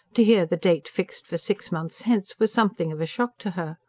to hear the date fixed for six months hence was something of a shock to her.